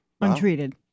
Untreated